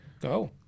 Go